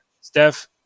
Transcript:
Steph